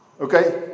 okay